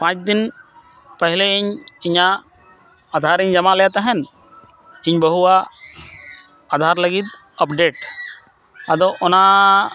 ᱯᱟᱸᱪ ᱫᱤᱱ ᱯᱮᱦᱞᱮ ᱤᱧ ᱤᱧᱟᱹᱜ ᱟᱫᱷᱟᱨ ᱤᱧ ᱡᱟᱢᱟ ᱞᱮᱫ ᱛᱟᱦᱮᱱ ᱤᱧ ᱵᱟᱹᱦᱩᱣᱟᱜ ᱟᱫᱷᱟᱨ ᱞᱟᱹᱜᱤᱫ ᱟᱯᱰᱮᱴ ᱟᱫᱚ ᱚᱱᱟ